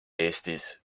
eestis